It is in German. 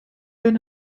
den